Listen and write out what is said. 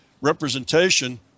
representation